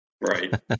Right